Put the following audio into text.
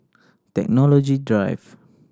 Technology Drive